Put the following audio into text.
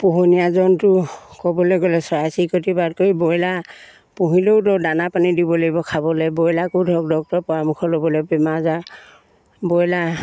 পোহনীয়া জন্তু ক'বলৈ গ'লে চৰাই চিৰিকতি বাদ কৰি ব্ৰইলাৰ পুহিলেও ধৰক দানা পানী দিব লাগিব খাবলৈ ব্ৰইলাকো ধৰক ডক্টৰৰ পৰামৰ্শ ল'ব লাগিব বেমাৰ আজাৰ ব্ৰইলাৰ